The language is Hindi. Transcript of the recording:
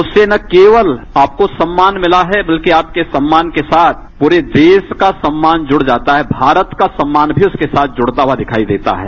उससे न केवल आपको न सम्मान मिला है बल्कि आपके सम्मान के साथ पूरे देश का सम्मान जुड़ जाता है भारत का सम्मान भी उसके साथ जुड़ता हुआ दिखाई देता है